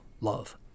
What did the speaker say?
love